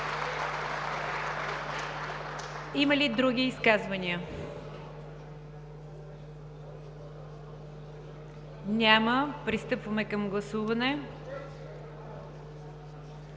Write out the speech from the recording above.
Има ли изказвания? Няма. Пристъпваме към гласуване